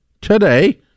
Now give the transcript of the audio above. today